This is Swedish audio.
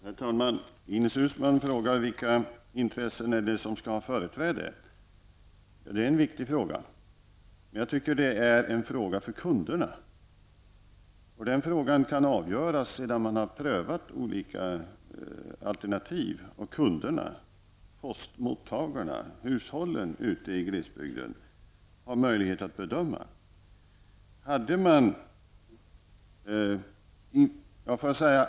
Herr talman! Ines Uusmann frågar vilka intressen som skall ha företräde. I och för sig är det en viktig fråga. Men jag tycker att det är en fråga för kunderna, och den frågan kan avgöras efter det att olika alternativ har prövats och kunderna -- postmottagarna, hushållen, i glesbygden -- har haft möjlighet att göra en bedömning.